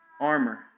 armor